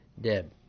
dead